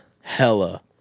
hella